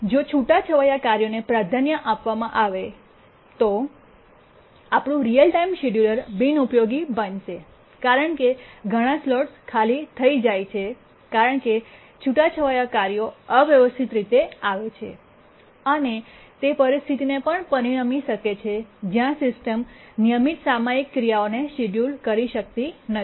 જો છૂટાછવાયા કાર્યોને પ્રાધાન્ય આપવામાં આવે તો આપણું રીઅલ ટાઇમ શેડ્યૂલર બિનઉપયોગી બનશે કારણ કે ઘણાં સ્લોટ્સ ખાલી થઈ જાય છે કારણ કે છૂટાછવાયા કાર્યો અવ્યવસ્થિત રીતે આવે છે અને તે પરિસ્થિતિને પણ પરિણમી શકે છે જ્યાં સિસ્ટમ નિયમિત સામયિક ક્રિયાઓને શેડ્યૂલ કરી શકતી નથી